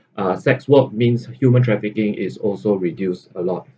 uh sex work means human trafficking is also reduced a lot